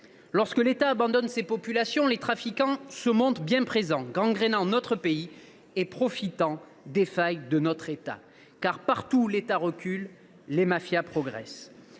Lorsque l’État les abandonne, les trafiquants se montrent bien présents, gangrenant notre pays et profitant des failles ouvertes. Et partout où l’État recule, les mafias progressent.